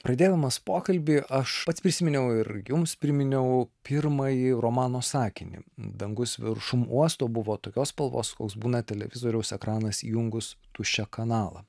pradėdamas pokalbį aš pats prisiminiau ir jums priminiau pirmąjį romano sakinį dangus viršum uosto buvo tokios spalvos koks būna televizoriaus ekranas įjungus tuščią kanalą